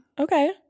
Okay